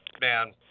man